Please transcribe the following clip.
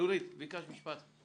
מפיק סרטים,